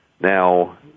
Now